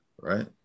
right